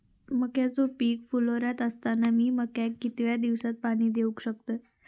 मक्याचो पीक फुलोऱ्यात असताना मी मक्याक कितक्या दिवसात पाणी देऊक शकताव?